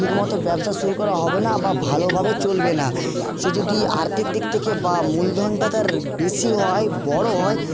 ঠিকমতো ব্যবসা শুরু করা হবে না বা ভালোভাবে চলবে না সে যদি আর্থিক দিক থেকে বা মূলধনটা তার বেশি হয় বড়ো হয়